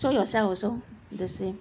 so yourself also the same